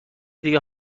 دیگه